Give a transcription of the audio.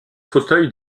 fauteuil